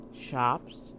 shops